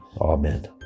Amen